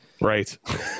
Right